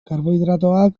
karbohidratoak